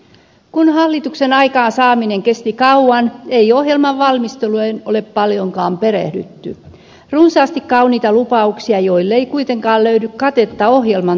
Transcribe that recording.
kun hallituksen aikaansaaminen kesti kauan ei ohjelman valmisteluihin ole paljonkaan perehdytty runsaasti kauniita lupauksia joille ei kuitenkaan löydy katetta ohjelman talousluvuista